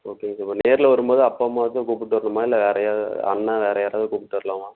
ஓகேங்க சார் நேரில் வரும்போது அப்பாம்மாவை தான் கூப்பிட்டு வரணுமா இல்லை வேறு யாரையா அண்ண வேறு யாராவது கூப்பிட்டு வரலாமா